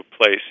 place